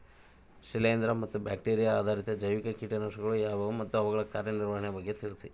ಶಿಲೇಂದ್ರ ಮತ್ತು ಬ್ಯಾಕ್ಟಿರಿಯಾ ಆಧಾರಿತ ಜೈವಿಕ ಕೇಟನಾಶಕಗಳು ಯಾವುವು ಮತ್ತು ಅವುಗಳ ಕಾರ್ಯನಿರ್ವಹಣೆಯ ಬಗ್ಗೆ ತಿಳಿಸಿ?